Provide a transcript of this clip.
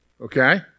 Okay